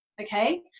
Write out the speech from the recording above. okay